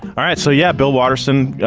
all right, so yeah. bill waterson,